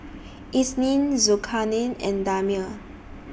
Isnin Zulkarnain and Damia